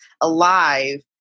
alive